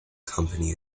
company